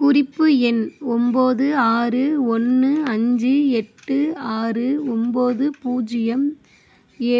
குறிப்பு எண் ஒம்போது ஆறு ஒன்று அஞ்சு எட்டு ஆறு ஒம்போது பூஜ்ஜியம்